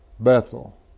Bethel